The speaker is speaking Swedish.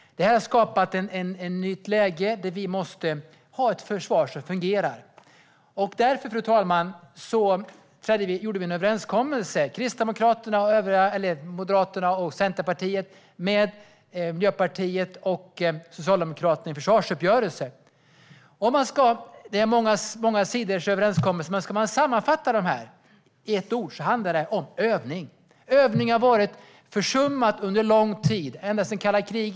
Det har skapat ett nytt läge, och vi måste ha ett försvar som fungerar. Därför, fru talman, gjorde vi en överenskommelse. Kristdemokraterna, Moderaterna och Centerpartiet träffade en försvarsuppgörelse med Miljöpartiet och Socialdemokraterna. Här finns många sidor, men ska man sammanfatta detta i ett ord handlar det om övning. Övningen har varit försummad under lång tid, ända sedan kalla kriget.